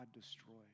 destroyed